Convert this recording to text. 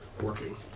working